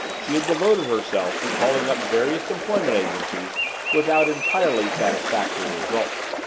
she had devoted herself to calling up various employment agencies without entirely satisfactory results.